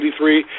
1983